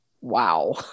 wow